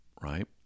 right